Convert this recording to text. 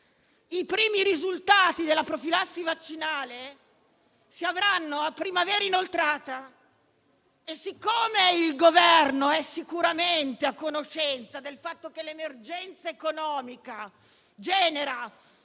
i primi risultati della profilassi vaccinale si avranno a primavera inoltrata e, siccome il Governo è sicuramente a conoscenza del fatto che l'emergenza economica genera